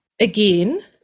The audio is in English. Again